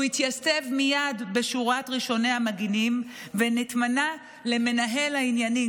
הוא התייצב מייד בשורת ראשוני המגינים ונתמנה למנהל העניינים,